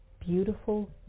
beautiful